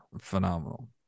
phenomenal